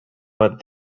but